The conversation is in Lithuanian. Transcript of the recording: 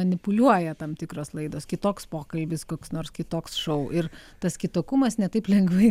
manipuliuoja tam tikros laidos kitoks pokalbis koks nors kitoks šou ir tas kitokumas ne taip lengvai